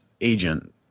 agent